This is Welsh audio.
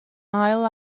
ail